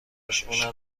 پیشش